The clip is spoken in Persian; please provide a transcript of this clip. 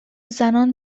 زنان